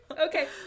Okay